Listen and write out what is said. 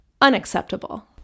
unacceptable